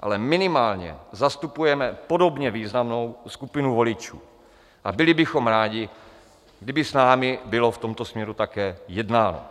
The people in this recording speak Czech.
ale minimálně zastupujeme podobně významnou skupinu voličů a byli bychom rádi, kdyby s námi bylo také v tomto směru také jednáno.